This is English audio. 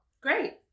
Great